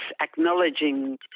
acknowledging